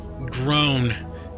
grown